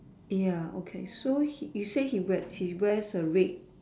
ya okay so he you say he wear he wears a red